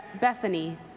Bethany